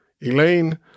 Elaine